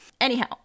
Anyhow